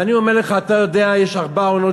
ואני אומר לך: יש שם ארבע עונות.